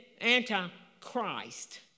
anti-Christ